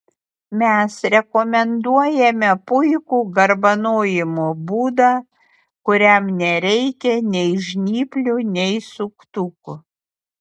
mes rekomenduojame puikų garbanojimo būdą kuriam nereikia nei žnyplių nei suktukų